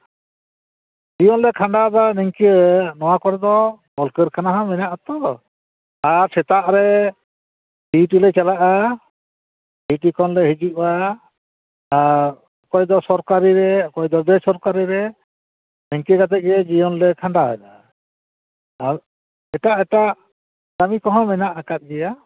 ᱡᱤᱭᱚᱱ ᱞᱮ ᱠᱷᱟᱸᱰᱟᱣ ᱮᱫᱟ ᱱᱤᱝᱠᱟᱹ ᱱᱚᱣᱟ ᱠᱚᱨᱮ ᱫᱚ ᱠᱚᱞ ᱠᱟᱹᱨᱠᱷᱟᱱᱟ ᱦᱚᱸ ᱢᱮᱱᱟᱜ ᱟᱛᱚ ᱟᱨ ᱥᱮᱛᱟᱜ ᱨᱮ ᱰᱤᱭᱩᱴᱤ ᱞᱮ ᱪᱟᱞᱟᱜᱼᱟ ᱰᱤᱭᱩᱴᱤ ᱠᱷᱚᱱᱞᱮ ᱦᱤᱡᱩᱜᱼᱟ ᱟᱨ ᱚᱠᱚᱭ ᱫᱚ ᱥᱚᱨᱠᱟᱨᱤ ᱨᱮ ᱚᱠᱚᱭ ᱫᱚ ᱵᱮᱥᱚᱨᱠᱟᱨᱤ ᱨᱮ ᱱᱤᱝᱠᱟᱹ ᱠᱟᱛᱮ ᱜᱮ ᱡᱤᱭᱚᱱ ᱞᱮ ᱠᱷᱟᱸᱰᱟᱣᱮᱫᱟ ᱟᱨ ᱮᱴᱟᱜ ᱮᱴᱟᱜ ᱠᱟᱹᱢᱤ ᱠᱚᱸᱦᱚ ᱢᱮᱱᱟᱜ ᱟᱠᱟᱫ ᱜᱮᱭᱟ